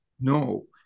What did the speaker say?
No